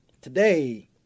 Today